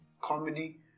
comedy